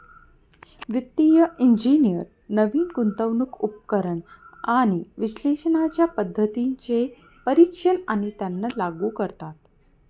वित्तिय इंजिनियर नवीन गुंतवणूक उपकरण आणि विश्लेषणाच्या पद्धतींचे परीक्षण आणि त्यांना लागू करतात